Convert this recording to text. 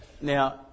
Now